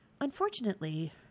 unfortunately